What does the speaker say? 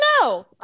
No